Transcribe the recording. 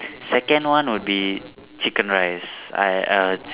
second one would be chicken rice I err chick~